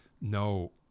no